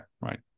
Right